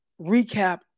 recap